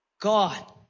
God